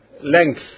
length